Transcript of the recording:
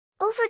Over